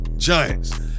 Giants